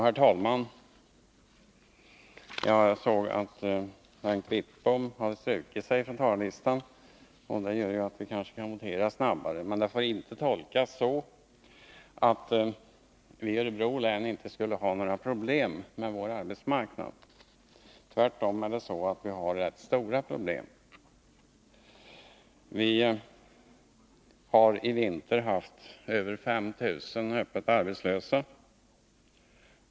Herr talman! Jag såg att Bengt Wittbom har strukit sig på talarlistan. Det gör att vi kanske kan votera snabbare, men det får inte tolkas så att vi i Örebro län inte skulle ha några problem med vår arbetsmarknad. Tvärtom har vi rätt stora problem. Vi har i vinter haft över 5 000 öppet arbetslösa.